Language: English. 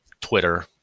Twitter